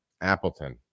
Appleton